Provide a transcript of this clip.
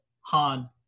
Han